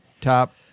top